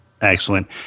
Excellent